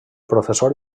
professor